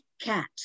cat